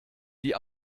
die